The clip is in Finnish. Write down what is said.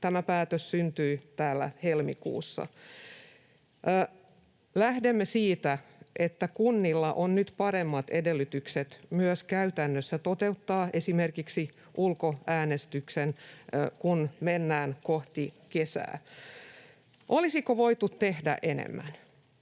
Tämä päätös syntyi täällä helmikuussa. Lähdemme siitä, että kunnilla on nyt paremmat edellytykset myös käytännössä toteuttaa esimerkiksi ulkoäänestys, kun mennään kohti kesää. Olisiko voitu tehdä enemmän?